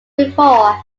before